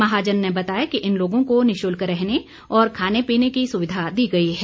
महाजन ने बताया कि इन लोगों को निशुल्क रहने और खाने पीने की सुविधा दी गई है